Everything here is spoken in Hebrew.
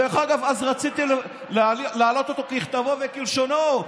דרך אגב, אז רציתי להעלות אותו ככתבו וכלשונו.